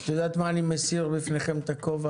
את יודעת על מה אני מסיר בפניכם את הכובע?